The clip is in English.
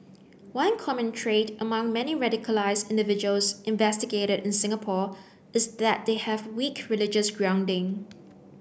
one common trait among many radicalised individuals investigated in Singapore is that they have weak religious grounding